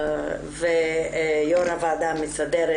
ויו"ר ועדת הכנסת